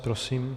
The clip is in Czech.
Prosím.